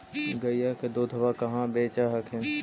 गईया के दूधबा कहा बेच हखिन?